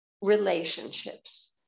relationships